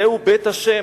זהו בית ה',